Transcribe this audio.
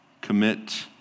commit